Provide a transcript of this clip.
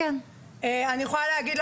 למשל,